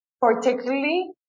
particularly